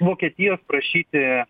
vokietijos prašyti